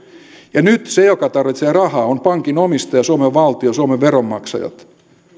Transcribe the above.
ja nyt se joka tarvitsee rahaa on pankin omistaja suomen valtio suomen veronmaksajat